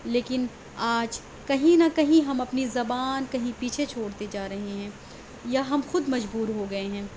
لیکن آج کہیں نہ کہیں ہم اپنی زبان کہیں پیچھے چھوڑتے جا رہے ہیں یا ہم خود مجبور ہو گئے ہیں